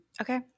Okay